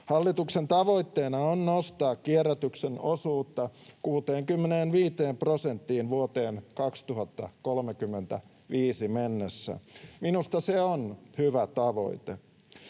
Hallituksen tavoitteena on nostaa kierrätyksen osuutta 65 prosenttiin vuoteen 2035 mennessä. Minusta se on hyvä tavoite.